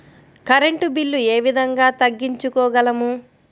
Current bill ఏ విధంగా తగ్గించుకోగలము?